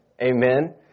amen